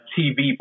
tv